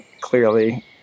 Clearly